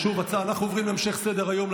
אנחנו עוברים להמשך סדר-היום,